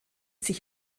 sich